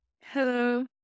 Hello